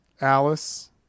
Alice